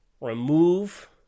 remove